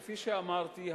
כפי שאמרתי,